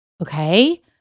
Okay